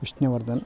Vishnuvardhan